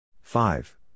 Five